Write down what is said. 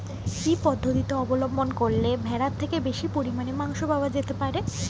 কি পদ্ধতিতে অবলম্বন করলে ভেড়ার থেকে বেশি পরিমাণে মাংস পাওয়া যেতে পারে?